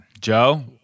Joe